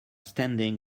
standing